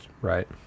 Right